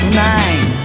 nine